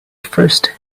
first